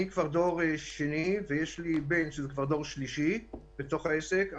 אני כבר דור שני ויש לי בן שהוא כבר דור שלישי בתוך העסק.